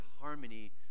harmony